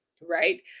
right